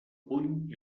puny